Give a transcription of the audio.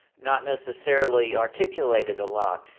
not necessarily articulated a lot.